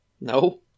No